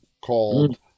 called